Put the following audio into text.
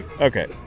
Okay